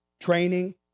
training